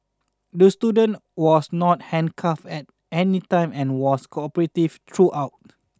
the student was not handcuffed at any time and was cooperative throughout